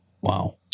wow